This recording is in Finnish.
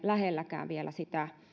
lähelläkään sitä